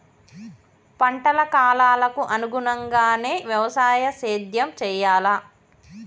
పంటల కాలాలకు అనుగుణంగానే వ్యవసాయ సేద్యం చెయ్యాలా?